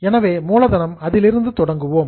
எனவே மூலதனம் அதிலிருந்து தொடங்குவோம்